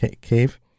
cave